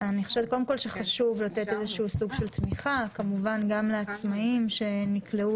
שחשוב לתת סוג של תמיכה גם לעצמאיים שנקלעו